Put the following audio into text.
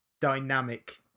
dynamic